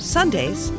Sundays